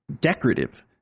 decorative